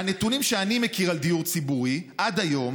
הנתונים שאני מכיר על דיור ציבורי עד היום